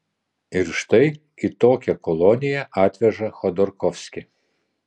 ir štai į tokią koloniją atveža chodorkovskį